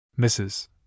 Mrs